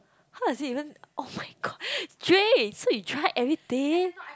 how is it even [oh]-my-god Jay so you try everything